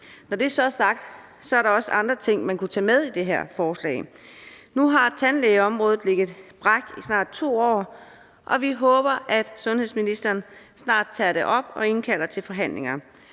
Når det er sagt, er der også andre ting, man kunne tage med i det her forslag. Nu har tandlægeområdet ligget brak i snart 2 år, og vi håber, at sundhedsministeren snart tager det op og indkalder til forhandlinger.